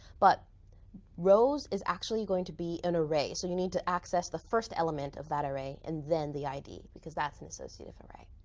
but rows is actually going to be an array. so you need to access the first element of that array, and then the id. because that's an associative array.